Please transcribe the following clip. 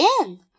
again